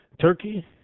Turkey